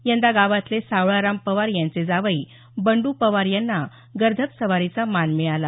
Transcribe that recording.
यंदा गावातले सावळराम पवार यांचे जावई बंडू पवार यांना गर्दभस्वारीचा मान मिळाला